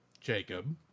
Jacob